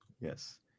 yes